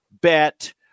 bet